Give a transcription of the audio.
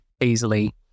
easily